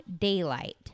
daylight